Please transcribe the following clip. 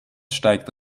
steigt